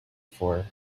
for